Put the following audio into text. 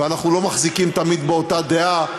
ואנחנו לא מחזיקים תמיד באותה דעה,